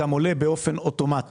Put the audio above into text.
גם עולה או יורד באופן אוטומטי.